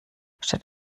statt